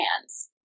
hands